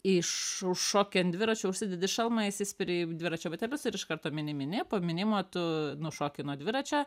iš užšoki ant dviračio užsidedi šalmą įsispiri į dviračio batelius ir iš karto mini mini po mynimo tu nušoki nuo dviračio